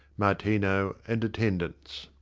martino, and attendants.